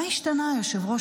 מה השתנה, היושב-ראש?